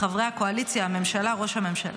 חברי הקואליציה, הממשלה, ראש הממשלה.